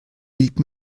hielt